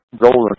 Golden